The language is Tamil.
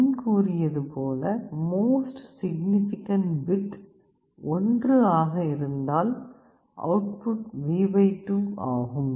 முன் கூறியது போல மோஸ்ட் சிக்னிபிகண்ட் பிட் 1 ஆக இருந்தால் அவுட்புட் V 2 ஆகும்